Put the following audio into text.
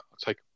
take